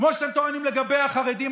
כמו שאתם טוענים לגבי החרדים.